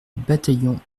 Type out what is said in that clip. bataillon